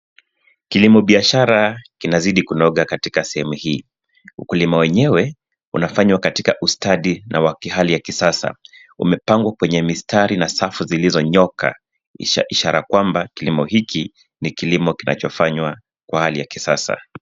Kilimo biashara kinazidi kunyooka katika sehemu hii ,ukulima yenyewe unafanya katika ustadi na kihali kisasa umepangwa kwenye mistari na shafu zilizonyooka ishara kwamba kilimo hikini kilimo kinachofanywa Kwa hali ya kisasa